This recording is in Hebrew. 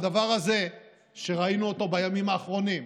הדבר הזה שראינו בימים האחרונים,